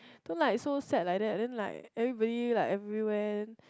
don't like so sad like that then like everybody like everywhere